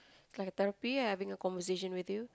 it's like a therapy having a conversation with you